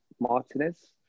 Martinez